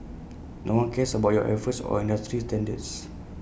no one cares about your efforts or industry standards